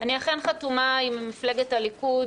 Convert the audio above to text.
אני אכן חתומה עם מפלגת הליכוד